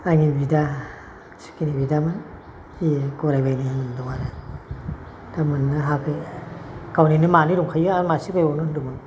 आंनि बिदा सुखेनि बिदामोन बे गराय बायनो होन्दोंमोन आरो दा मोननो हायाखै गावनिनो मानै दंखायो आरो मासे बायबावनो होन्दोंमोन